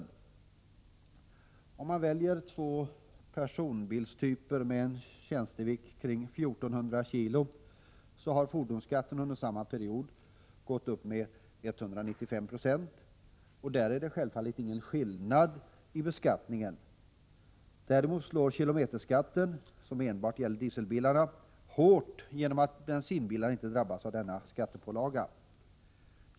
Nr 131 Om man väljer två personbilstyper med tjänstevikt kring 1 400 kg, så Måndagen den finner man att fordonsskatten under samma period gått upp med 195 26. Där 29 april 1985 är det självfallet ingen skillnad i beskattningen. Däremot slår kilometerskatten, som enbart gäller dieselbilarna, hårt genom att bensinbilarna inte drabbas av denna skattepålaga.